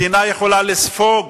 מדינה יכולה לספוג